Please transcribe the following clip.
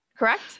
correct